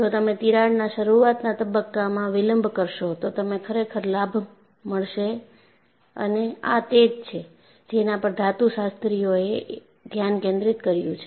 જો તમે તિરાડના શરૂઆતના તબક્કામાં વિલંબ કરશો તો તમે ખરેખર લાભ મળશે અને આ તે છે જેના પર ધાતુશાસ્ત્રીઓ એ ધ્યાન કેન્દ્રિત કર્યું છે